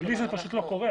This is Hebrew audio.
כי בלי זה זה פשוט לא קורה,